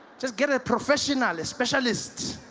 just get a professional, a specialist.